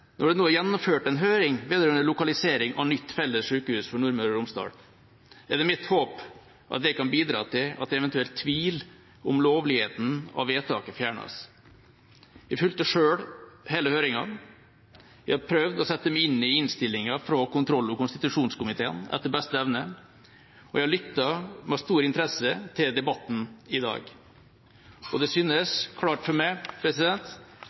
Når det nå er gjennomført en høring vedrørende lokalisering av nytt felles sykehus for Nordmøre og Romsdal, er det mitt håp at det kan bidra til at eventuell tvil om lovligheten av vedtaket fjernes. Jeg fulgte selv hele høringen. Jeg har prøvd å sette meg inn i innstillingen fra kontroll- og konstitusjonskomiteen etter beste evne. Jeg har lyttet med stor interesse til debatten i dag. Det synes klart for meg